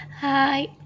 Hi